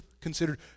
considered